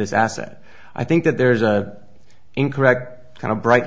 this asset i think that there's a incorrect kind of bright